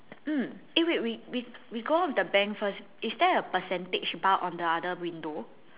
mm eh wait we we go the bank first is there a percentage bar on the other window